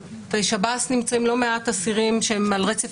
בשב"ס נמצאים לא מעט אסירים שהם על רצף